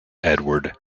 edward